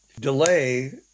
delay